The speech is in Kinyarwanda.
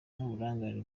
n’uburangare